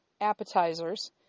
appetizers